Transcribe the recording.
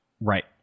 Right